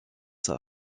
sur